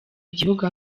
igihugu